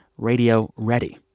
radio ready.